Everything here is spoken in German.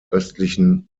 östlichen